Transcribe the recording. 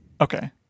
Okay